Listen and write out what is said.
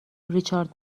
ریچارد